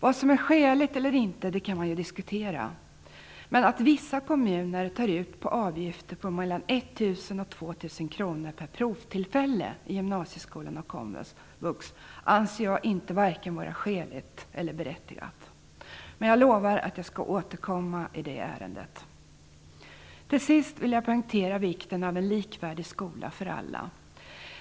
Vad som är skäligt eller inte kan ju diskuteras, men att vissa kommuner tar ut avgifter på mellan 1 000 kr och 2 000 kr per provtillfälle i gymnasieskolan och komvux anser jag vara varken skäligt eller berättigat. Men jag lovar att jag skall återkomma i det ärendet. Till sist vill jag poängtera vikten av en likvärdig skola för alla.